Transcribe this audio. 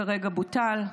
כרגע בוטל.